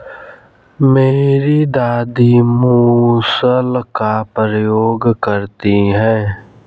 मेरी दादी मूसल का प्रयोग करती हैं